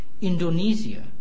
Indonesia